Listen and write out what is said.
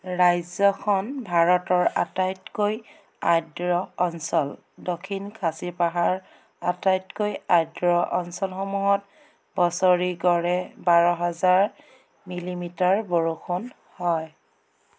ৰাজ্যখন ভাৰতৰ আটাইতকৈ আৰ্দ্ৰ অঞ্চল দক্ষিণ খাচী পাহাৰৰ আটাইতকৈ আৰ্দ্ৰ অঞ্চলসমূহত বছৰি গড়ে বাৰ হাজাৰ মিলিমিটাৰ বৰষুণ হয়